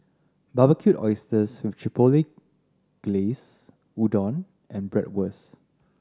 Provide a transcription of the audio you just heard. Barbecued Oysters with Chipotle Glaze Udon and Bratwurst